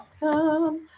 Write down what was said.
awesome